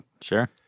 Sure